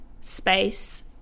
space